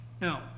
Now